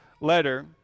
letter